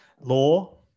law